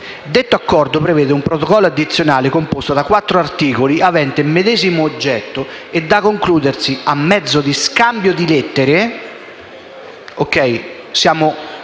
Detto Accordo prevede un Protocollo addizionale, composto da quattro articoli, avente medesimo oggetto e da concludersi «a mezzo scambio di lettere».